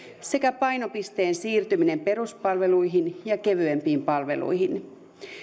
sekä painopisteen siirtyminen peruspalveluihin ja kevyempiin palveluihin